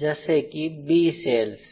जसे की B cells